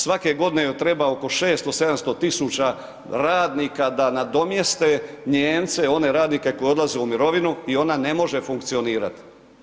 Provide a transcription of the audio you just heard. Svake godine joj treba oko 600-700 tisuća radnika da nadomjeste Nijemce, one radnike koji odlaze u mirovinu i ona ne može funkcionirati.